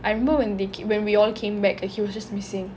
I remember when we when we all came back like he was just missing